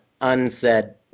unsaid